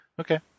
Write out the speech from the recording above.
Okay